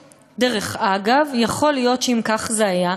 דרך אגב, יכול להיות שאם כך זה היה,